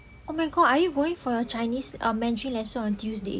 oh my god are you going for your chinese err mandarin lesson on tuesday